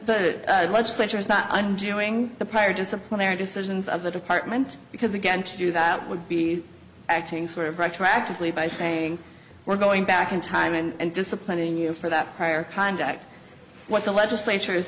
that legislature is not undoing the prior disciplinary decisions of the department because again to do that would be acting sort of retroactively by saying we're going back in time and disciplining you for that prior conduct what the legislature is